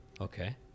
Okay